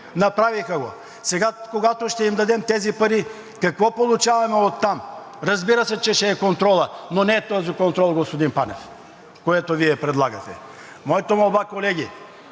направиха го. Сега, когато ще им дадем тези пари, какво получаваме от там? Разбира се, че ще е контролът, но не този контрол, господин Панев, който Вие предлагате. Моята молба, колеги,